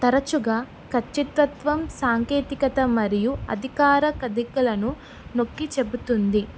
తరచుగా కచ్చితత్త్వం సాంకేతికత మరియు అధికార కదలికలను నొక్కి చెబుతుంది